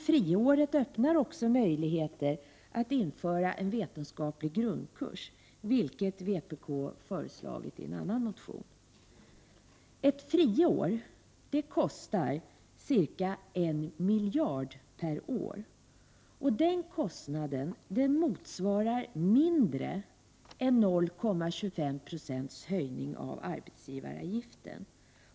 Friåret öppnar också möjligheter till införande av en vetenskaplig grundkurs, vilket vpk föreslagit i en annan motion. Ett friår kostar ca 1 miljard per år. Den kostnaden motsvarar en höjning av arbetsgivaravgiften på mindre än 0,25 960,